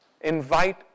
Invite